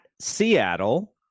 Seattle